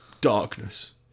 Darkness